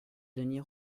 denys